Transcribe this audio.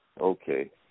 Okay